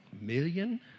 million